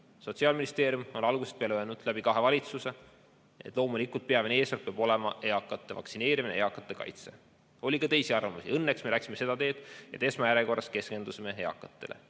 Sotsiaalministeerium on algusest peale, kahes valitsuses öelnud, et loomulikult peab peamine eesmärk olema eakate vaktsineerimine ja eakate kaitse. Oli ka teisi arvamusi. Õnneks me läksime seda teed, et esmajärjekorras keskendusime eakatele.